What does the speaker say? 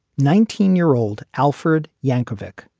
nineteen year old alford yankovic,